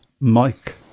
Mike